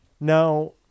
Now